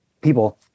people